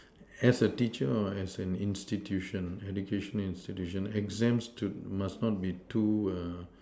as a teacher or as an institution education institution exams should must not be too err